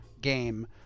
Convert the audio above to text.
game